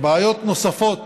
בעיות נוספות